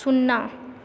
सुन्ना